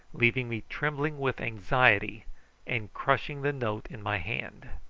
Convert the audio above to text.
leaving me trembling with anxiety and crushing the note in my hand.